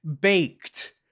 baked